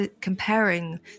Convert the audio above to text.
comparing